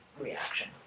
reaction